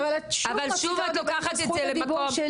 אבל שוב את לוקחת את זה למקום --- זכות הדיבור שלי.